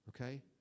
okay